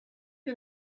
you